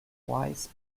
rise